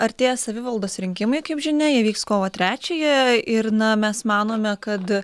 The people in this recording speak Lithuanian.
artėja savivaldos rinkimai kaip žinia jie vyks kovo trečiąją ir na mes manome kad